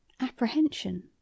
apprehension